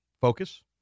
Focus